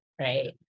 right